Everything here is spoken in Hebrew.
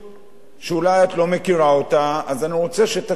שאולי את לא מכירה אותה, אז אני רוצה שתכירי אותה,